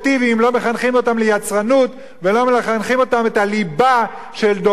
לא מחנכים אותם ליצרנות ולא מחנכים אותם את הליבה של דובנוב,